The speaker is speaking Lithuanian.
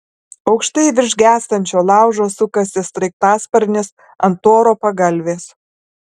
aukštai virš gęstančio laužo sukasi sraigtasparnis ant oro pagalvės